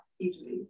easily